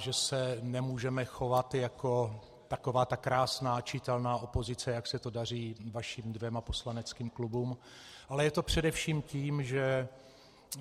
Je pravda, že se nemůžeme chovat jako taková ta krásná, čitelná opozice, jak se to daří vašim dvěma poslaneckým klubům, ale je to především tím,